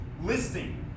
listing